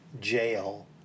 jail